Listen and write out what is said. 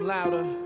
louder